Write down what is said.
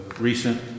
recent